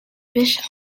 bishop